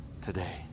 today